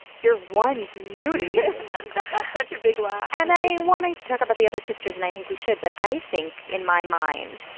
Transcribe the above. you're one beauty got such a big laugh and i want to talk about the other sisters and i think we should, but i think in my mind,